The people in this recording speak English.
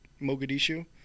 mogadishu